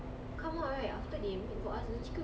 !huh! shrink ah